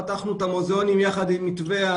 מופעים קטנים.